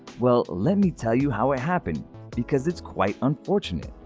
well, let me tell you how it happened because it's quite unfortunate.